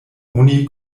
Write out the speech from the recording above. oni